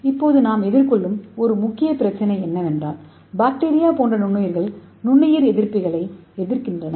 இப்போது நாம் எதிர்கொள்ளும் ஒரு முக்கிய பிரச்சினை என்னவென்றால் பாக்டீரியா போன்ற நுண்ணுயிரிகள் நுண்ணுயிர் எதிர்ப்பிகளை எதிர்க்கின்றன